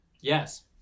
Yes